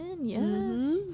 yes